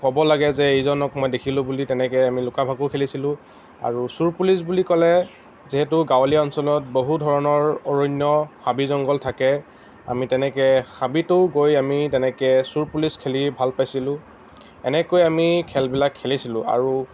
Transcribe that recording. ক'ব লাগে যে এইজনক মই দেখিলোঁ বুলি তেনেকৈ আমি লুকা ভাকু খেলিছিলোঁ আৰু চোৰ পুলিচ বুলি ক'লে যিহেতু গাঁৱলীয়া অঞ্চলত বহু ধৰণৰ অৰণ্য হাবি জংঘল থাকে আমি তেনেকৈ হাবিতো গৈ আমি তেনেকৈ চোৰ পুলিচ খেলি ভাল পাইছিলোঁ এনেকৈ আমি খেলবিলাক খেলিছিলোঁ আৰু